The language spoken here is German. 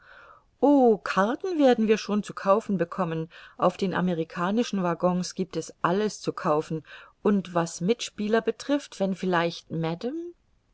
o karten werden wir schon zu kaufen bekommen auf den amerikanischen waggons giebt es alles zu kaufen und was mitspieler betrifft wenn vielleicht